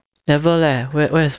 never leh where's